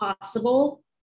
possible